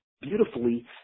beautifully